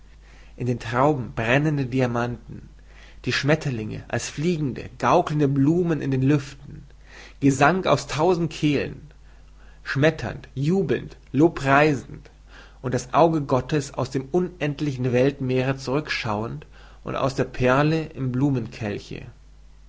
in den trauben brennende diamanten die schmetterlinge als fliegende gaukelnde blumen in den lüften gesang aus tausend kehlen schmetternd jubelnd lobpreisend und das auge gottes aus dem unendlichen weltmeere zurükschauend und aus der perle im